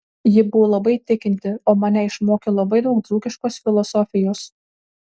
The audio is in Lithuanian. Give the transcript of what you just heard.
ji buvo labai tikinti o mane išmokė labai daug dzūkiškos filosofijos